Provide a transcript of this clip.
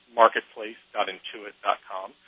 marketplace.intuit.com